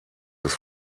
des